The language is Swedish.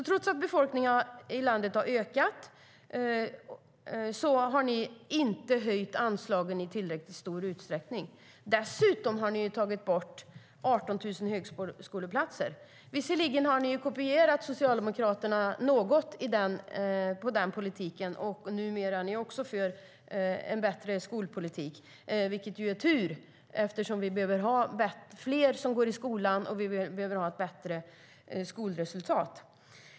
Trots att befolkningen i landet har ökat har ni inte höjt anslagen i tillräckligt stor utsträckning. Dessutom har ni tagit bort 18 000 högskoleplatser. Visserligen har ni kopierat Socialdemokraterna något vad gäller den politiken, och numera är även ni för en bättre skolpolitik. Det är tur eftersom vi behöver ha fler som går i skolan, och vi behöver bättre skolresultat.